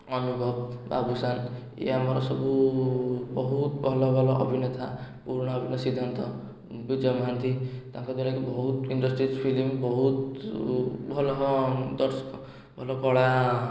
ଅନୁଭବ ବାବୁଶାନ ଇଏ ଆମର ସବୁ ବହୁତ ଭଲ ଭଲ ଅଭିନେତା ପୁରୁଣା ଅଭିନେତା ସିଦ୍ଧାନ୍ତ ବିଜୟ ମହାନ୍ତି ତାଙ୍କ ଦ୍ୱାରା କି ବହୁତ ଇଣ୍ଡଷ୍ଟ୍ରିଆଲ୍ ଫିଲ୍ମ ବହୁତ ଭଲ ହଁ ଦର୍ଶକ ଭଲ କଳା